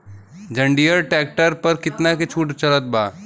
जंडियर tractor पर कितना के छूट चलत बा?